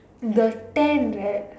the tent right